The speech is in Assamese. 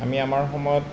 আমি আমাৰ সময়ত